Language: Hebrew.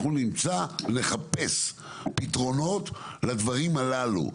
אנחנו נמצא לחפש פתרונות לדברים הללו,